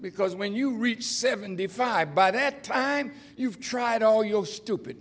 because when you reach seventy five by that time you've tried all your stupid